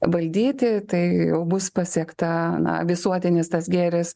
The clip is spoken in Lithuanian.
valdyti tai jau bus pasiekta na visuotinis tas gėris